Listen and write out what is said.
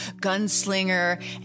gunslinger